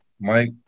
Mike